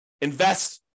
invest